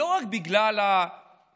לאותו